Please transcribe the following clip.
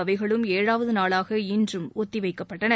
அவைகளும் ஏழாவது நாளாக இன்றும் ஒத்தி வைக்கப்பட்டன